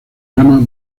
drama